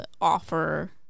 offer